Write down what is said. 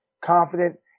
confident